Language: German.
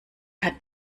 hat